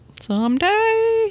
someday